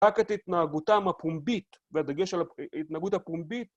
רק את התנהגותם הפומבית, והדגש על ההתנהגות הפומבית